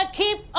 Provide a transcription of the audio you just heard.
keep